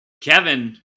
kevin